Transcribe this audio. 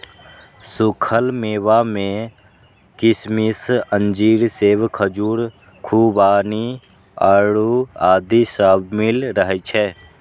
सूखल मेवा मे किशमिश, अंजीर, सेब, खजूर, खुबानी, आड़ू आदि शामिल रहै छै